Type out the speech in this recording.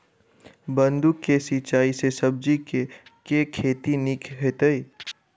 बूंद कऽ सिंचाई सँ सब्जी केँ के खेती नीक हेतइ?